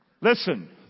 Listen